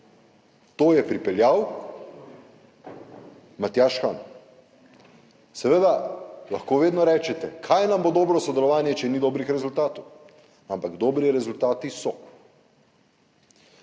To je pripeljal Matjaž Han. Seveda lahko vedno rečete, kaj nam bo dobro sodelovanje, če ni dobrih rezultatov, ampak dobri rezultati so.